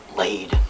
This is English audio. laid